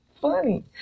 funny